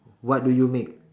what do you make